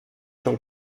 schon